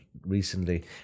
recently